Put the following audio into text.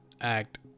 act